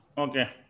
Okay